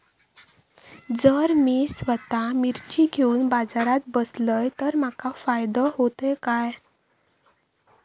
जर मी स्वतः मिर्ची घेवून बाजारात बसलय तर माका फायदो होयत काय?